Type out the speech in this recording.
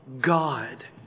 God